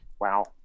Wow